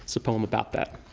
it's a poem about that.